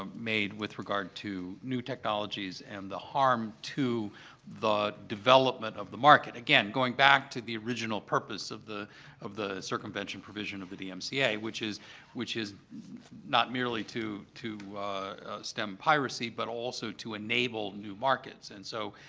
made with regard to new technologies and the harm to the development of the market again, going back to the original purpose of the of the circumvention provision of the dmca, which is which is not merely to to stem piracy, but also to enable new markets. and so,